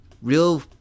real